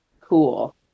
cool